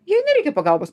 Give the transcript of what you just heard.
jai nereikia pagalbos